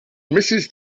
mrs